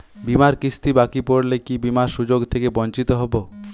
বিমার কিস্তি বাকি পড়লে কি বিমার সুযোগ থেকে বঞ্চিত হবো?